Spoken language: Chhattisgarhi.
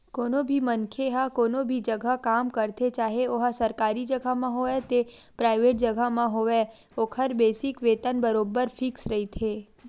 कोनो भी मनखे ह कोनो भी जघा काम करथे चाहे ओहा सरकारी जघा म होवय ते पराइवेंट जघा म होवय ओखर बेसिक वेतन बरोबर फिक्स रहिथे